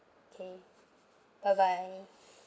okay bye bye